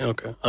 Okay